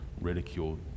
ridiculed